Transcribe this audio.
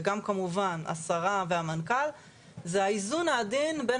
וגם כמובן השרה והמנכ"ל זה האיזון העדין בין